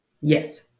Yes